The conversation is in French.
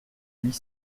huit